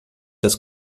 das